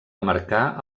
marcar